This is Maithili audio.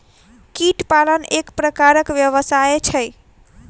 कीट पालन एक प्रकारक व्यवसाय छै